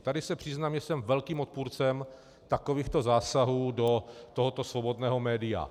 Tady se přiznám, že jsem velkým odpůrcem takovýchto zásahů do tohoto svobodného média.